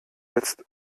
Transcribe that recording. jetzt